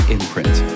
Imprint